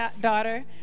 daughter